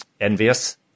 envious